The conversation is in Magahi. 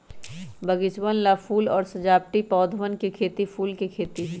बगीचवन ला फूल और सजावटी पौधवन के खेती फूल के खेती है